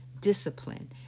discipline